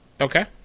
Okay